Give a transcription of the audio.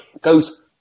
goes